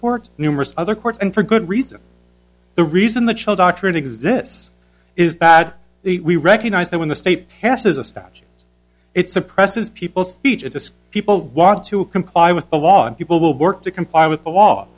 court numerous other courts and for good reason the reason the chill doctrine exists is bad we recognize that when the state passes a statute it suppresses people speech it's people want to comply with the law and people will work to comply with the law